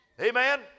Amen